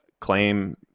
claim